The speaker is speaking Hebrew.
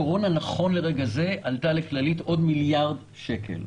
קורונה נכון לרגע זה עלתה לכללית עוד מיליארד שקל.